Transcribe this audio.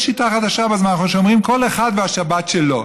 אבל יש שיטה חדשה בזמן האחרון שאומרים: כל אחד והשבת שלו.